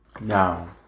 Now